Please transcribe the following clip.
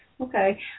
okay